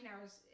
hours